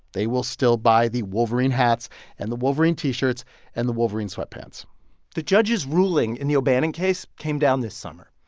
they will still buy the wolverine hats and the wolverine t-shirts and the wolverine sweat pants the judge's ruling in the o'bannon case came down this summer.